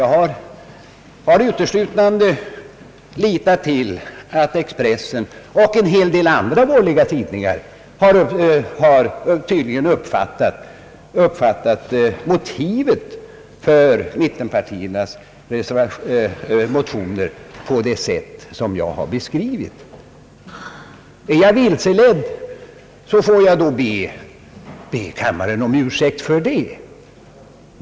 Jag har dock, som sagt, uteslutande litat till att Expressen och en hel del andra borgerliga tidningar tydligen har uppfattat motivet för mittenpartiernas motioner på det sätt som jag har beskrivit. Är jag vilseledd, får jag be kammaren om ursäkt för det.